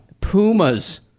pumas